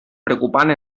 preocupant